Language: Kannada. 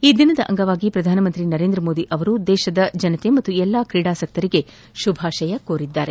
ಈ ದಿನದ ಅಂಗವಾಗಿ ಪ್ರಧಾನಮಂತ್ರಿ ನರೇಂದ್ರ ಮೋದಿ ಅವರು ದೇಶದ ಜನತೆಗೆ ಹಾಗೂ ಎಲ್ಲಾ ಕ್ರೀಡಾಸಕ್ತರಿಗೆ ಶುಭಾಶಯ ಕೋರಿದ್ದಾರೆ